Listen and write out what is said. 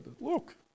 look